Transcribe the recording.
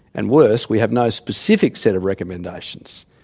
and worse, we have no specific set of recommendations,